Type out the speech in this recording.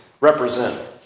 represent